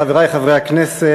חברי חברי הכנסת,